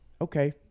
Okay